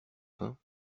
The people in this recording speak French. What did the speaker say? fin